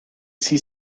sie